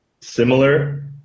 similar